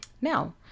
now